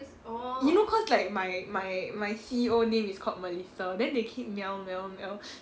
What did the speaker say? you know cause like my my my C_E_O name is called melissa then they keep mel mel mel